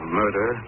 murder